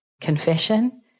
confession